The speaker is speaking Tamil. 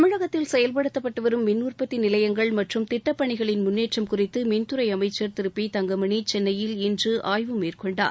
தமிழகத்தில் செயல்படுத்தப்பட்டு வரும் மின்உற்பத்தி நிலையங்கள் மற்றும் திட்டப் பணிகளின் முன்னேற்றம் குறித்து மின்துறை அமைச்சர் திரு பி தங்கமணி சென்னையில் இன்று ஆய்வு மேற்கொண்டார்